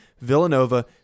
Villanova